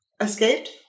escaped